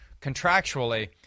contractually –